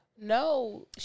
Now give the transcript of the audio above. No